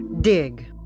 Dig